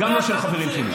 גם לא של חברים שלי.